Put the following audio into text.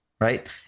Right